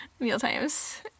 Mealtimes